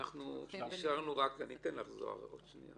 --- נשארנו בזה